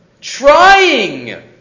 Trying